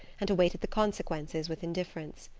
and awaited the consequences with indifference.